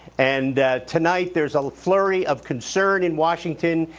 and tonight, there's a flurry of concern in washington,